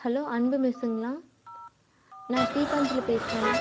hello அன்பு மெஸ்ஸுங்களா நான் தீப்பாஞ்சலி பேசுகிறேன்